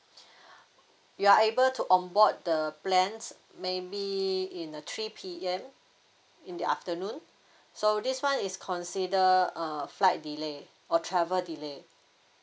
you are able to on board the plane maybe in uh three P_M in the afternoon so this one is consider uh flight delay or travel delay